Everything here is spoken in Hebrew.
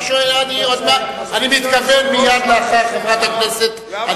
אני מתכוון מייד לאחר חברת הכנסת,